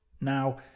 Now